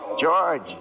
George